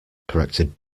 corrected